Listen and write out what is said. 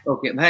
Okay